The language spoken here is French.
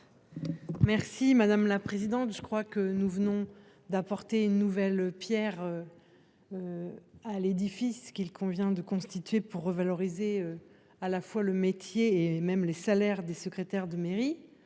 Merci madame la présidente. Je crois que nous venons d'apporter une nouvelle Pierre. À l'édifice qu'il convient de constituer pour revaloriser à la fois le métier et même les salaires des secrétaires de mairie.